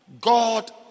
God